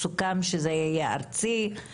סוכם שזה יהיה ארצי.